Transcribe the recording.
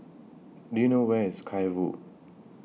Do YOU know Where IS Sky Vue